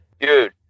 Dude